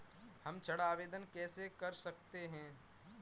हम ऋण आवेदन कैसे कर सकते हैं?